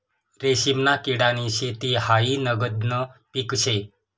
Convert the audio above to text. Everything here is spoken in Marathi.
रेशीमना किडानी शेती हायी नगदनं पीक शे